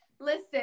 Listen